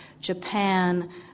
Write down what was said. Japan